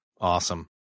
Awesome